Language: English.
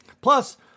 Plus